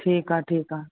ठीकु आहे ठीकु आहे